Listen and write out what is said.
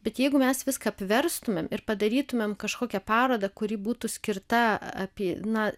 bet jeigu mes viską apverstumėm ir padarytumėm kažkokią parodą kuri būtų skirta apie na